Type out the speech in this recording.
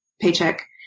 paycheck